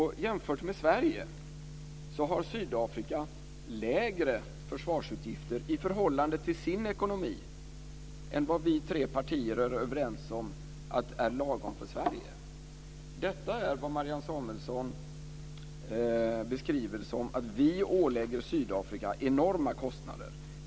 Jämfört med Sverige har Sydafrika lägre försvarsutgifter i förhållande till sin ekonomi än vad vi tre partier är överens om är lagom för Sverige. Detta är vad Marianne Samuelsson beskriver som att vi ålägger Sydafrika enorma kostnader.